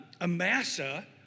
Amasa